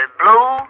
blue